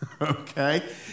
okay